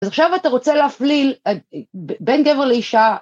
אז עכשיו אתה רוצה להפליל בין גבר לאישה?